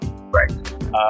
Right